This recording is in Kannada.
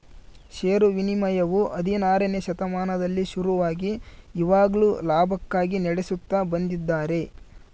ಷೇರು ವಿನಿಮಯವು ಹದಿನಾರನೆ ಶತಮಾನದಲ್ಲಿ ಶುರುವಾಗಿ ಇವಾಗ್ಲೂ ಲಾಭಕ್ಕಾಗಿ ನಡೆಸುತ್ತ ಬಂದಿದ್ದಾರೆ